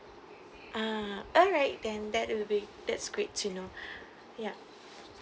ah alright then that will be that's great to know yup